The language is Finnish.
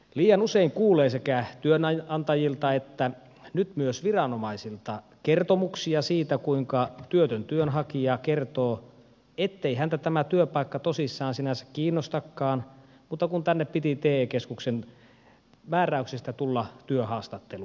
liian usein kuulee sekä työnantajilta että nyt myös viranomaisilta kertomuksia siitä kuinka työtön työnhakija kertoo ettei häntä tämä työpaikka sinänsä tosissaan kiinnostakaan mutta kun tänne piti te keskuksen määräyksestä tulla työhaastatteluun